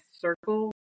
circle